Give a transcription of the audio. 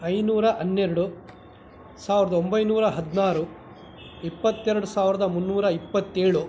ಐನೂರ ಹನ್ನೆರಡು ಸಾವ್ರ್ದ ಒಂಬೈನೂರ ಹದಿನಾರು ಇಪ್ಪತ್ತೆರಡು ಸಾವಿರ್ದ ಮುನ್ನೂರ ಇಪ್ಪತ್ತೇಳು